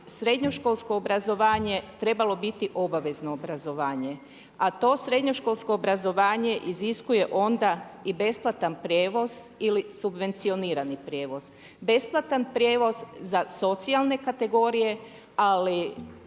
srednjoškolsko obrazovanje trebalo biti obavezno obrazovanje. A to srednjoškolsko obrazovanje iziskuje onda i besplatan prijevoz ili subvencionirani prijevoz. Besplatan prijevoz za socijalne kategorije, ali